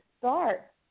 start